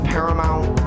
Paramount